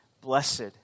Blessed